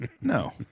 No